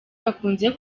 bakunze